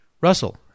Russell